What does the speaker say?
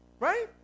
right